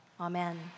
Amen